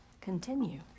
continue